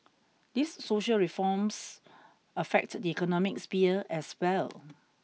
these social reforms affect the economic sphere as well